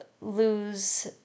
lose